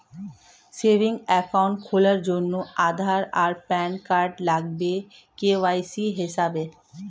savings account খোলার জন্যে আধার আর প্যান কার্ড লাগবে কে.ওয়াই.সি হিসেবে